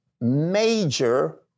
major